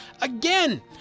again